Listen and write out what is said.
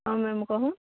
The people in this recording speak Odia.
ଆଉ ମ୍ୟାମ୍ କହ